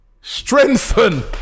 Strengthen